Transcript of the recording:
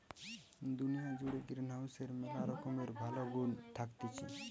দুনিয়া জুড়ে গ্রিনহাউসের ম্যালা রকমের ভালো গুন্ থাকতিছে